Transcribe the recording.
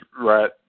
right